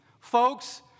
folks